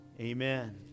Amen